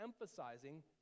emphasizing